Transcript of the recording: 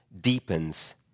deepens